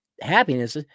happiness